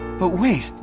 but wait.